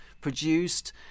produced